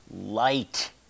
light